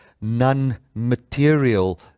non-material